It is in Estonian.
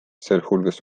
sealhulgas